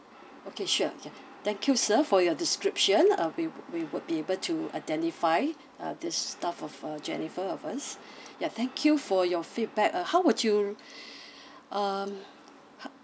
okay sure thank you sir for your description uh we we would be able to identify uh this staff of uh jennifer of us ya thank you for your feedback uh how would you um